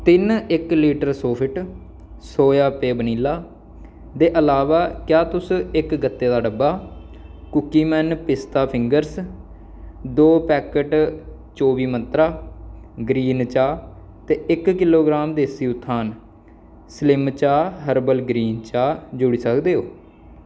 तिन इक लीटर सोफिट सोया पेय वनीला दे अलावा क्या तुस इक ग'त्ते दा डब्बा कुकीमैन पिस्ता फिंगर्स दो पैकट चौबी मंत्रा ग्रीन चाह् ते इक किलो ग्राम देसी उत्थान स्लिम चाह् हर्बल ग्रीन चाह् जोड़ी सकदे ओ